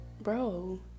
bro